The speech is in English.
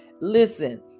Listen